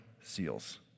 seals